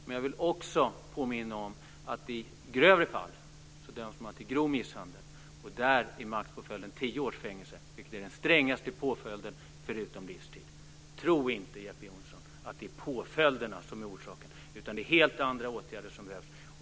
Men jag vill också påminna om att i grövre fall döms man till grov misshandel. Där är maxpåföljden tio års fängelse, vilket är den strängaste påföljden förutom livstid. Tro inte, Jeppe Johnsson, att det är påföljderna som är orsaken. Det är helt andra åtgärder som behövs.